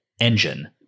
engine